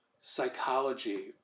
psychology